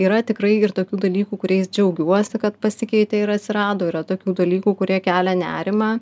yra tikrai ir tokių dalykų kuriais džiaugiuosi kad pasikeitė ir atsirado yra tokių dalykų kurie kelia nerimą